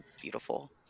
beautiful